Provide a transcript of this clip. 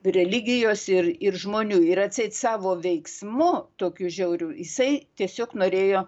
religijos ir ir žmonių ir atseit savo veiksmu tokiu žiauriu jisai tiesiog norėjo